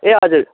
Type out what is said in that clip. ए हजुर